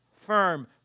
firm